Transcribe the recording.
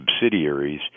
subsidiaries